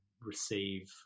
receive